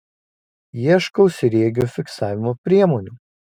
ieškau sriegių fiksavimo priemonių